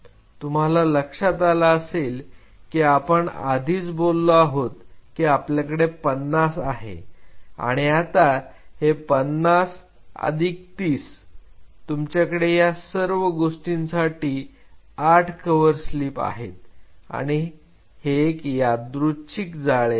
तुम्हाला लक्षात आला असेल की आपण आधीच बोललो आहोत की आपल्याकडे 50 आहे आणि आता हे 50 अधिक 30 तुमच्याकडे या सर्व गोष्टीसाठी 8 कव्हरस्लिप आहेत आणि हे एक यादृच्छिक जाळे आहे